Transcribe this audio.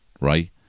right